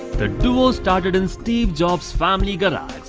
the duo started in steve jobs' family garage,